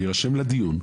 ואתם יכולים להירשם לדיון,